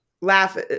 laugh